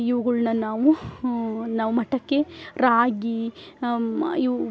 ಇವುಗಳನ್ನ ನಾವು ನಾವು ಮಠಕ್ಕೆ ರಾಗಿ ಇವು